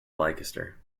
leicester